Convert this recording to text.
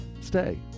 stay